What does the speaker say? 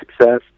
success